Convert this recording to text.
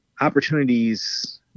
opportunities